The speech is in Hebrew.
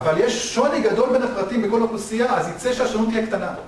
אבל יש שוני גדול בין הפרטים בכל אוכלוסייה, אז יצא שהשונות תהיה קטנה